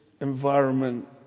environment